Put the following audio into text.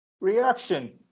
reaction